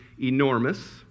enormous